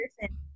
person